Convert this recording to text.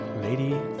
lady